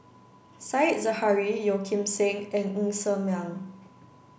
said Zahari Yeo Kim Seng and Ng Ser Miang